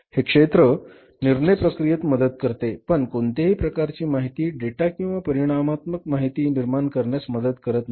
हे क्षेत्र आपल्याला निर्णय प्रक्रियेत मदत करते पण कोणत्याही प्रकारची माहिती डेटा किंवा परिमाणात्मक माहिती निर्माण करण्यात मदत करत नाही